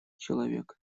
человек